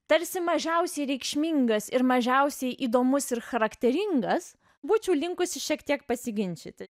tarsi mažiausiai reikšmingas ir mažiausiai įdomus ir charakteringas būčiau linkusi šiek tiek pasiginčyti